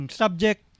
subject